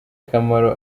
akamaro